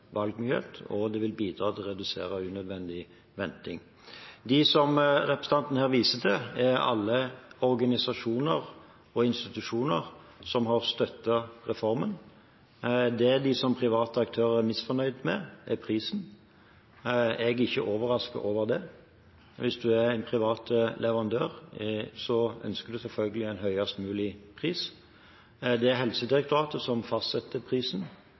og det vil bidra til å redusere unødvendig venting. De som representanten her viser til, er alle organisasjoner og institusjoner som har støttet reformen. Det som de, som private aktører, er misfornøyde med, er prisen. Jeg er ikke overrasket over det. Hvis en er en privat leverandør, ønsker en selvfølgelig en høyest mulig pris. Det er Helsedirektoratet som fastsetter prisen.